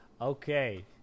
okay